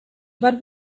but